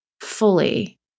fully